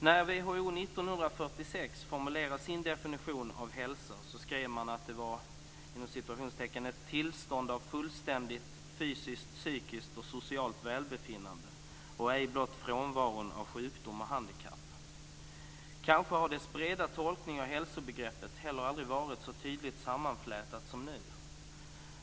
När WHO 1946 formulerade sin definition av hälsa skrev man att det var "ett tillstånd av fullständigt fysiskt, psykiskt och socialt välbefinnande, och ej blott frånvaron av sjukdom eller handikapp". Kanske har denna breda tolkning av hälsobegreppet heller aldrig varit så tydligt sammanflätad som nu.